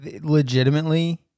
legitimately